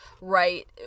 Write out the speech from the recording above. Right